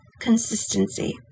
Consistency